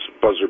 buzzer